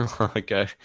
Okay